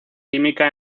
química